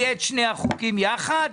יהיה את שני החוקים יחד.